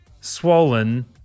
swollen